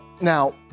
now